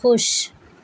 خوش